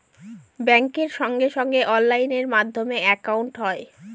ব্যাঙ্কের সঙ্গে সঙ্গে অনলাইন মাধ্যমে একাউন্ট হয়